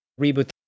reboot